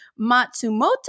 Matsumoto